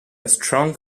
strong